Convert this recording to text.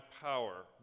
power